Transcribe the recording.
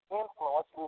influence